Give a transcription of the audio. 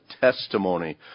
testimony